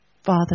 father